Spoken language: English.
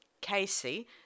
Casey